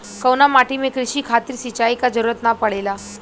कउना माटी में क़ृषि खातिर सिंचाई क जरूरत ना पड़ेला?